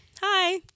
hi